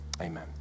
amen